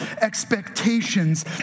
expectations